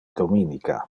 dominica